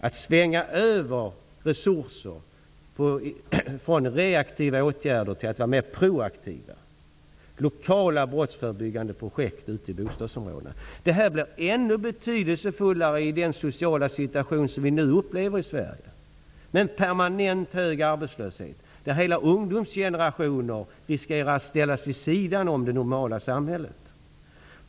Att svänga över resurser från reaktiva åtgärder till mer proaktiva åtgärder, lokala brottsförebyggande projekt ute i bostadsområden, blir ännu betydelsefullare i den sociala situation som vi nu upplever i Sverige; en situation med permanent hög arbetslöshet, där hela ungdomsgenerationer riskerar att ställas vid sidan av det normala samhället.